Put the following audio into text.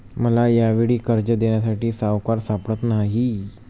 मला यावेळी कर्ज देण्यासाठी सावकार सापडत नाही